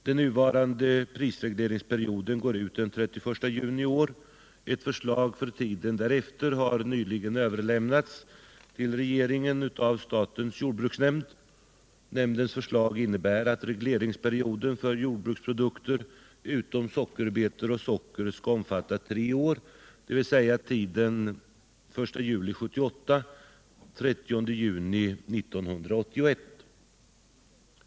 Den nuvarande prisregleringsperioden går ut den 30 juni i år. Ett förslag för tiden därefter har nyligen överlämnats till regeringen av statens jordbruksnämnd. Nämndens förslag innebär att regleringsperioden för jordbruksprodukter utom sockerbetor och socker skall omfatta tre år, dvs. tiden 1 juli 1978-30 juni 1981.